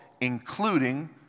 including